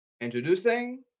introducing